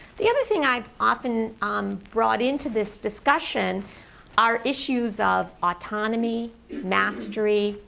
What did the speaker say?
the other thing i often um brought into this discussion are issues of autonomy, mastery,